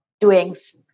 doings